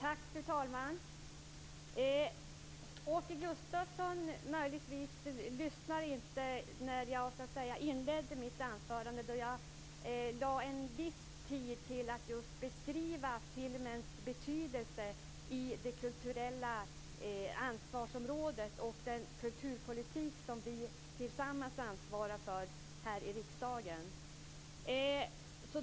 Fru talman! Åke Gustavsson lyssnade möjligtvis inte när jag inledde mitt anförande, då jag ägnade en viss tid åt att just beskriva filmens betydelse på det kulturella ansvarsområdet och den kulturpolitik som vi tillsammans ansvarar för här i riksdagen.